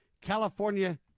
California